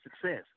success